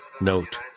note